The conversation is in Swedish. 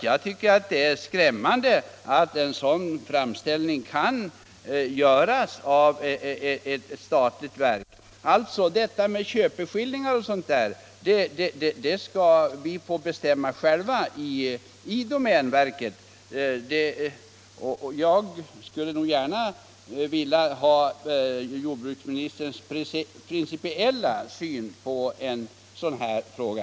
Jag tycker att det är skrämmande att en sådan framställning kan göras av ett statligt verk, innebärande att domänverket självt skall få bestämma köpeskillingarna. Jag skulle vilja få del av jordbuksministerns principiella syn på denna fråga.